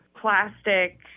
plastic